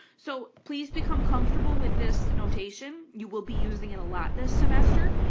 so please become comfortable with this notation. you will be using it a lot this semester.